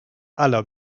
aller